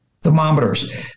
thermometers